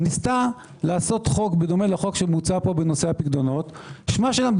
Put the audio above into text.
שניסתה לעשות חוק בדומה לוק שמוצע פה בנושא הפיקדונות - קניה,